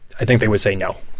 i think they would say no